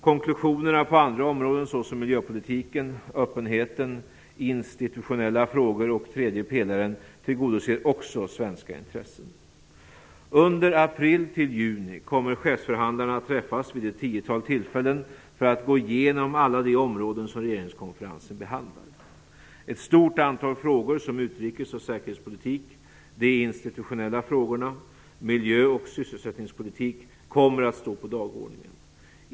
Konklusionerna på andra områden - såsom miljöpolitiken, öppenheten, de institutionella frågorna och den tredje pelaren - tillgodoser också svenska intressen. Under perioden april till juni kommer chefsförhandlarna att träffas vid ett tiotal tillfällen för att gå igenom alla de områden som regeringskonferensen behandlar. Ett stort antal frågor - såsom utrikes och säkerhetspolitik, de institutionella frågorna samt miljö och sysselsättningspolitiken - kommer att stå på dagordningen.